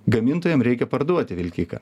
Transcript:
gamintojam reikia parduoti vilkiką